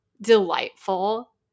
delightful